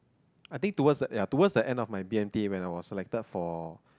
I think towards the ya towards the end of my B_M_T when I was selected for